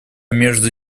между